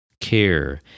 care